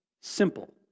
simple